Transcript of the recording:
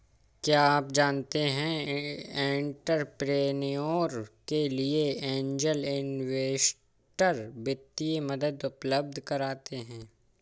क्या आप जानते है एंटरप्रेन्योर के लिए ऐंजल इन्वेस्टर वित्तीय मदद उपलब्ध कराते हैं?